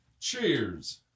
Cheers